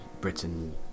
Britain